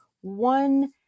one